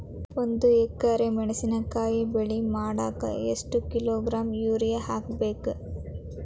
ಒಂದ್ ಎಕರೆ ಮೆಣಸಿನಕಾಯಿ ಬೆಳಿ ಮಾಡಾಕ ಎಷ್ಟ ಕಿಲೋಗ್ರಾಂ ಯೂರಿಯಾ ಹಾಕ್ಬೇಕು?